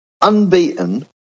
unbeaten